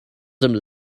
some